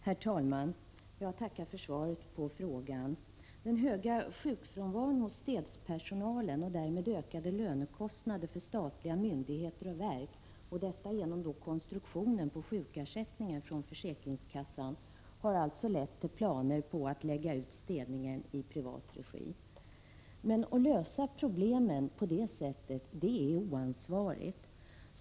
Herr talman! Jag tackar för svaret på min fråga. Den höga sjukfrånvaron hos städpersonalen och den därmed ökade lönekostnaden för statliga myndigheter och verk, till följd av konstruktionen på sjukersättningen från försäkringskassan, har lett till planer på att lägga ut städningen i privat regi. Att försöka lösa problemen på det sättet är oansvarigt.